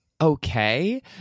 okay